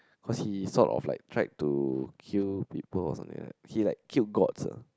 cause he sort of like tried to kill people or something like that he like killed gods ah